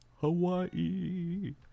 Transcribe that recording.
Hawaii